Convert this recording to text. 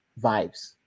Vibes